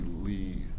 Lee